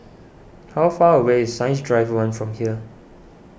how far away is Science Drive one from here